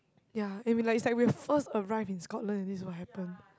ya and we like is like we first arrived in Scotland and this is what happen